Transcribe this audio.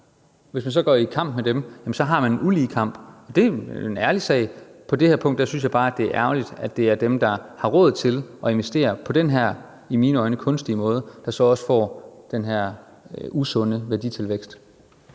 hvis vi så går i kamp med dem, så har man en ulige kamp. Det er en ærlig sag, men på det her punkt synes jeg bare, at det er ærgerligt, at det er dem, der har råd at investere på den her, i mine øjne, kunstige måde, der så også får den her usunde værditilvækst.